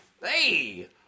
Hey